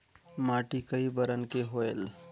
माटी कई बरन के होयल?